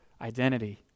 identity